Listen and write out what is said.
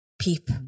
Peep